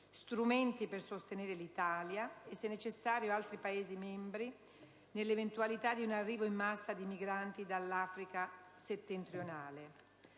strumenti per sostenere l'Italia, e se necessario altri Stati membri, nell'eventualità di un arrivo in massa di migranti dall'Africa settentrionale;